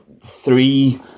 three